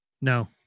No